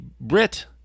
Brit